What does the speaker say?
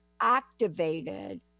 activated